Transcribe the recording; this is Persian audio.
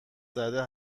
زده